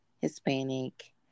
Hispanic